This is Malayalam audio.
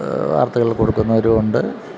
വാർത്തകൾ കൊടുക്കുന്നവരുമുണ്ട്